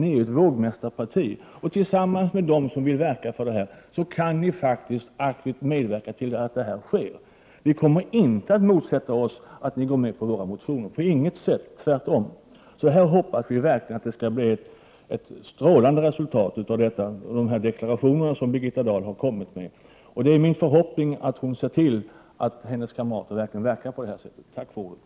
Ni är ju vågmästarparti, och tillsammans med andra som vill arbeta med denna uppgift kan ni faktiskt aktivt medverka till att det blir resultat. Vi kommer inte på något sätt att motsätta oss att ni ansluter er till våra motioner, tvärtom. Vi hoppas alltså att det skall bli ett strålande resultat av de deklarationer som Birgitta Dahl gjort. Det är min förhoppning att hon ser till att hennes kamrater verkar för detta. Tack för ordet.